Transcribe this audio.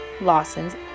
Lawson's